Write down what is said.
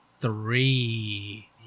three